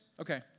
Okay